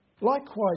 Likewise